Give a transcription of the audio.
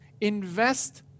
invest